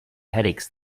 headaches